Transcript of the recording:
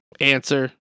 answer